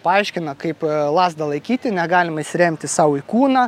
paaiškina kaip lazdą laikyti negalima įsiremti sau į kūną